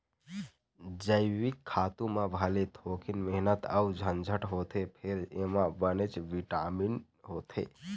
जइविक खातू म भले थोकिन मेहनत अउ झंझट होथे फेर एमा बनेच बिटामिन होथे